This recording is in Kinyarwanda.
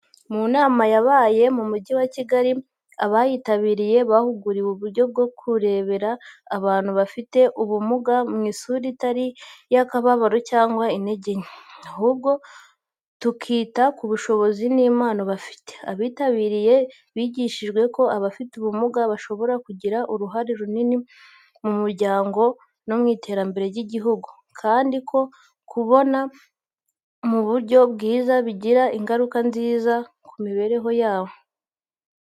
Mu nama yabaye mu Mujyi wa Kigali, abayitabiriye bahuguriwe uburyo bwo kurebera abantu bafite ubumuga mu isura itari iy’akababaro cyangwa intege nke, ahubwo tukita ku bushobozi n’impano bafite. Abitabiriye bigishijwe ko abafite ubumuga bashobora kugira uruhare runini mu muryango no mu iterambere ry’igihugu, kandi ko kubibona mu buryo bwiza bigira ingaruka nziza ku mibereho yabo.